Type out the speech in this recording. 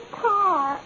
car